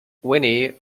wynne